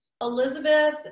Elizabeth